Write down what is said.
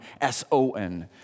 S-O-N